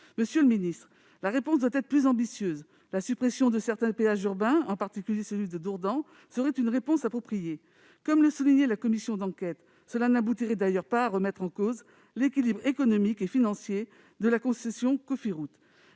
Monsieur le ministre, la réponse doit être plus ambitieuse. La suppression de certains péages urbains, en particulier celui de Dourdan, serait une réponse appropriée. Comme le soulignait la commission d'enquête, cela n'aboutirait d'ailleurs pas à remettre en cause l'équilibre économique et financier de la concession Cofiroute.